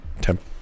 temp